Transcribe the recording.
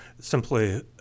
simply